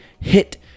hit